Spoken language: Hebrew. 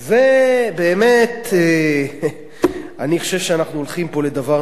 באמת, אני חושב שאנחנו הולכים פה לדבר נוראי.